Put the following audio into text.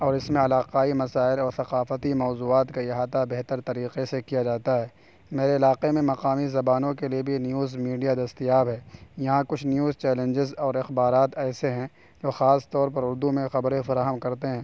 اور اس میں علاقائی مسائل اور ثقافتی موضوعات کا احاطہ بہتر طریقے سے کیا جاتا ہے میرے علاقے میں مقامی زبانوں کے لیے بھی نیوز میڈیا دستیاب ہے یہاں کچھ نیوز چیلنجز اور اخبارات ایسے ہیں جو خاص طور پر اردو میں خبریں فراہم کرتے ہیں